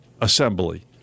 assembly